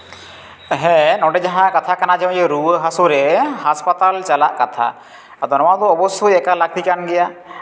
ᱦᱮᱸ ᱱᱚᱰᱮ ᱡᱟᱦᱟᱸ ᱠᱟᱛᱷᱟ ᱠᱟᱱᱟ ᱡᱮ ᱨᱩᱣᱟᱹ ᱦᱟᱹᱥᱩᱨᱮ ᱦᱟᱥᱯᱟᱛᱟᱞ ᱪᱟᱞᱟᱜ ᱠᱟᱛᱷᱟ ᱟᱫᱚ ᱱᱚᱣᱟ ᱫᱚ ᱚᱵᱚᱥᱥᱳᱭ ᱮᱠᱟᱞ ᱞᱟᱹᱠᱛᱤ ᱠᱟᱱ ᱜᱮᱭᱟ